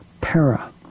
para